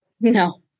No